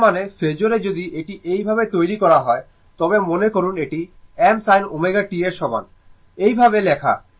তার মানে ফাজোরে যদি এটি এভাবে তৈরি করা হয় তবে মনে করুন এটি m sin ω t এর সমান এইভাবে লেখা